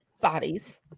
bodies